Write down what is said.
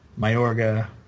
Mayorga